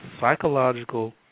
psychological